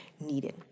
needed